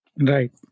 Right